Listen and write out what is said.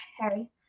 Harry